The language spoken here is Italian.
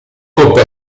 coppe